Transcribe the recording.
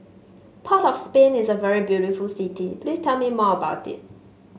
Port of Spain is a very beautiful city please tell me more about it